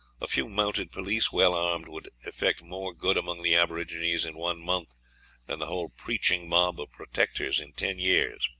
a few mounted police, well armed, would effect more good among the aborigines in one month than the whole preaching mob of protectors in ten years.